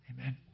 Amen